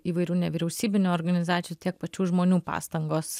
įvairių nevyriausybinių organizacijų tiek pačių žmonių pastangos